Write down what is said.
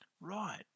Right